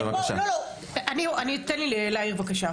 בואו --- תני לי לסיים בבקשה.